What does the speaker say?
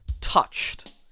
touched